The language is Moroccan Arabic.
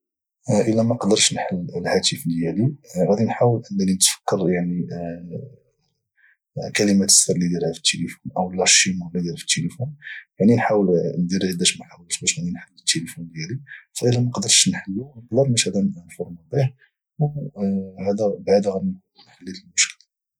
الا ما قدرتش نحل الهاتف ديالي غادي نحاول انني نتفكر كلمه السر اللي دايرها في التليفون والله الشيما يدير في التليفون يعني غادي نحاول ندير عده محاولات باش نحل التليفون ديالي فاذا ما قدرتش نحله ونقدر مثلا نفورماطي وبهذا غانكون حليت المشكل